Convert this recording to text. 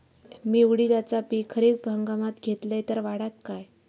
मी उडीदाचा पीक खरीप हंगामात घेतलय तर वाढात काय?